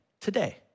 today